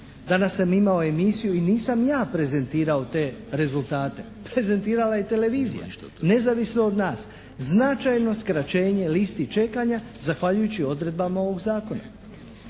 Danas sam imao emisiju i nisam ja prezentirao te rezultate, prezentirala je televizija nezavisno od nas značajno skraćenje listi čekanja zahvaljujući odredbama ovog Zakona.